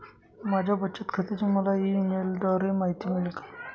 माझ्या बचत खात्याची मला ई मेलद्वारे माहिती मिळेल का?